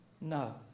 No